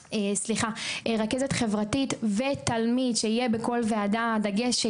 רכזת חברתית ותלמיד שיהיה בכל ועדה דגש,